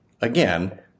again